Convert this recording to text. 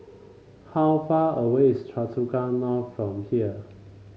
how far away is Choa Chu Kang North from here